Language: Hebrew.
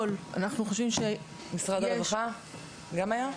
משרד הרווחה גם היה?